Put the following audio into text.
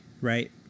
right